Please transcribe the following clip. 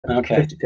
Okay